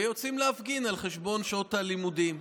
ויוצאים להפגין על חשבון שעות הלימודים,